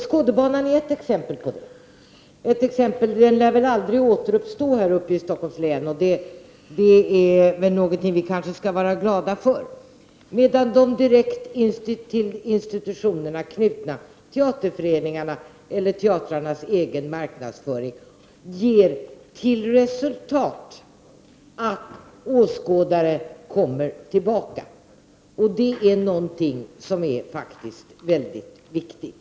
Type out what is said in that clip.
Skådebanan är ett exempel på det. Den lär väl aldrig återuppstå här i Stockholms län, och det skall vi kanske vara glada för. De direkt till institutionerna knutna teaterföreningarna eller teatrarnas egen marknadsföring ger däremot till resultat att åskådare kommer tillbaka. Det är faktiskt väldigt viktigt.